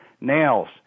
nails